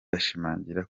bashimangira